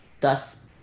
thus